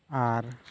ᱟᱨ